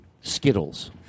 Skittles